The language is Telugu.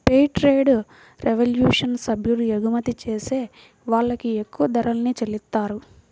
ఫెయిర్ ట్రేడ్ రెవల్యూషన్ సభ్యులు ఎగుమతి చేసే వాళ్ళకి ఎక్కువ ధరల్ని చెల్లిత్తారు